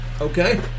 Okay